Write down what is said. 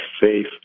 faith